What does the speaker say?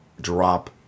drop